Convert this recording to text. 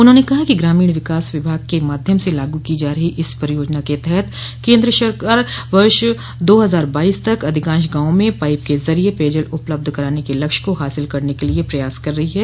उन्होंने कहा कि ग्रामीण विकास विभाग के माध्यम से लागू की जा रही इस परियोजना के तहत केन्द्र सरकार वर्ष दो हजार बाईस तक अधिकांश गांवों में पाइप के जरिये पेयजल उपलब्ध कराने के लक्ष्य को हासिल करने के लिए प्रयास कर रही है